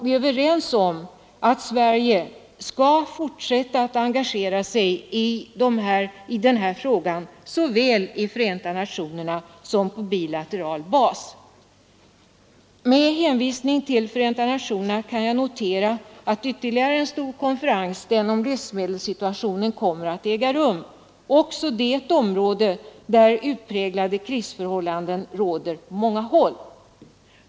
Vi är ense om att Sverige skall fortsätta att engagera sig i denna fråga såväl i Förenta nationerna som på bilateral bas. På tal om Förenta nationerna kan jag också nämna att ytterligare en stor konferens, den om livsmedelssituationen, kommer att äga rum. Även det är ett område där utpräglade missförhållanden råder på många håll.